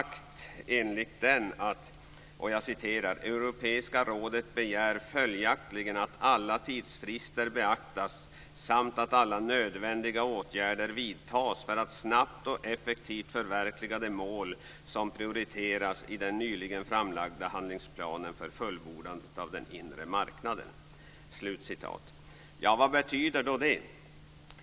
Enligt den har man sagt: Europeiska rådet begär följaktligen att alla tidsfrister beaktas samt att alla nödvändiga åtgärder vidtas för att snabbt och effektivt förverkliga de mål som prioriteras i den nyligen framlagda handlingsplanen för fullbordandet av den inre marknaden. Vad betyder då det?